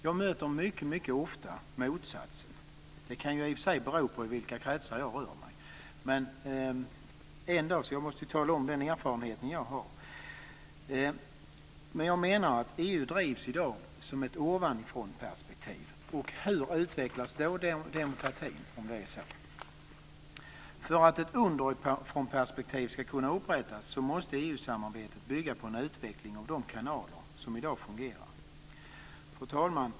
Jag möter ofta motsatsen. Det kan i och för sig bero på i vilka kretsar jag rör mig. Men jag måste ändå tala om den erfarenhet jag har. EU drivs i dag från ett ovanifrånperspektiv. Hur utvecklas demokratin då? För att ett underifrånperspektiv ska kunna upprättas måste EU-samarbetet bygga på en utveckling av de kanaler som i dag fungerar. Fru talman!